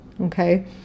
Okay